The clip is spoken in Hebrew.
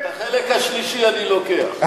את החלק השלישי אני לוקח.